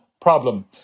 problem